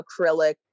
acrylic